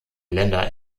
länder